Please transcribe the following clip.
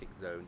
zone